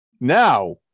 now